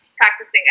practicing